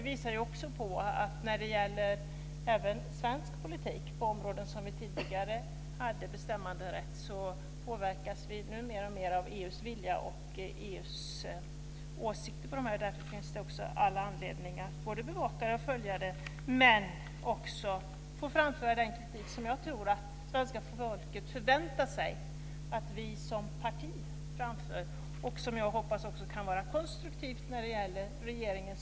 Även när det gäller svensk politik påverkas vi nu alltmer av EU:s vilja och EU:s åsikter på områden där vi tidigare hade bestämmanderätt. Det finns därför all anledning att bevaka och följa politiken men också att framföra den kritik som jag tror att svenska folket förväntar sig att Miljöpartiet som parti framför. Jag hoppas att kritiken också kan vara konstruktiv för regeringen.